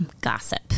gossip